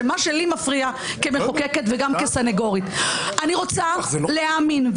שמה שלי מפריע כמחוקקת וגם כסנגורית: אני רוצה להאמין,